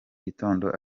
gitondo